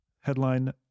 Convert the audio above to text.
Headline